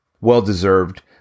Well-deserved